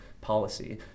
policy